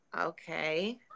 Okay